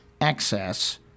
access